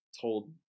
told